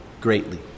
greatly